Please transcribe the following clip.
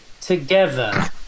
together